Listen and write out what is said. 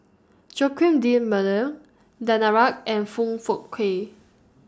Joaquim D'almeida Danaraj and Foong Fook Kay